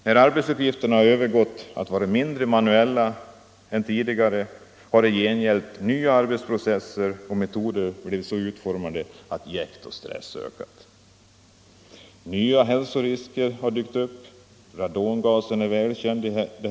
När arbetsuppgifterna har övergått till att vara mindre manuella har i gengäld nya arbetsprocesser och metoder blivit så utformade att jäkt och stress ökar. Nya hälsorisker har dykt upp. Radongasen är välkänd i vårt land.